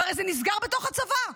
והרי זה נסגר בתוך הצבא,